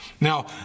Now